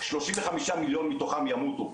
35 מיליון מתוכם ימותו,